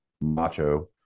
macho